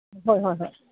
ꯍꯣꯏ ꯍꯣꯏ ꯍꯣꯏ